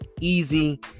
Easy